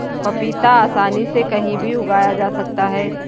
पपीता आसानी से कहीं भी उगाया जा सकता है